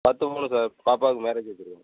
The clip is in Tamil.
பத்து பவுன் சார் பாப்பாவுக்கு மேரேஜ் வச்சிருக்கோம்